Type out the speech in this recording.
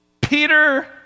Peter